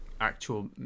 actual